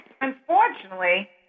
Unfortunately